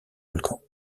volcans